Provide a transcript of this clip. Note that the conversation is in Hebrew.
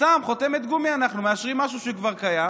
סתם, אנחנו חותמת גומי, מאשרים משהו שכבר קיים,